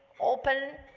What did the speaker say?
open,